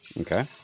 Okay